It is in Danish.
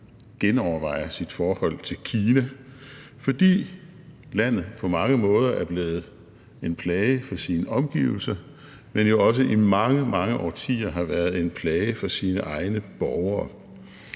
genovervejer sit forhold til Kina, fordi landet på mange måder er blevet en plage for sine omgivelser, men jo også i mange, mange årtier har været en plage for sine egne borgere.